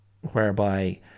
whereby